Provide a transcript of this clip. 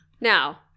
Now